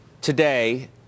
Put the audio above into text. today